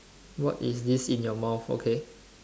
what is this in your mouth okay